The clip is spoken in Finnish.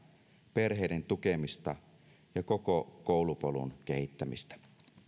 perheiden tukemista ja koko koulupolun kehittämistä